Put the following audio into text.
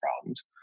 problems